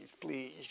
please